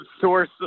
source